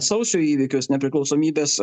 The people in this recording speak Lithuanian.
sausio įvykius nepriklausomybės